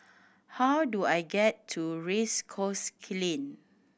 how do I get to Race Course Lane